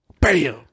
Bam